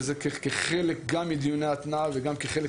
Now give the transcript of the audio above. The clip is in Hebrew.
וזה כחלק גם מדיוני ההתנעה וגם כחלק